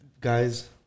guys